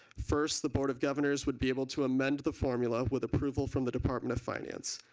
first the board of governors would be able to amend the formula with approval from the department of finance.